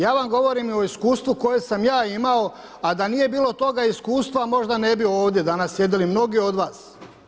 Ja vam govorim o iskustvu koje sam ja imao, a da nije bilo toga iskustva možda ne bi ovdje danas sjedili mnogi od vas.